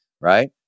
right